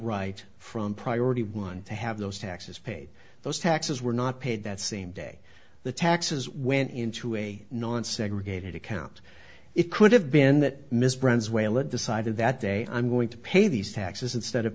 right from priority one to have those taxes paid those taxes were not paid that same day the taxes went into a non segregated account it could have been that ms brand's whalen decided that day i'm going to pay these taxes instead of